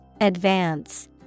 Advance